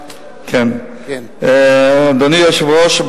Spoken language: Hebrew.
אדוני היושב-ראש,